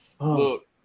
look